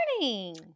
morning